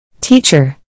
Teacher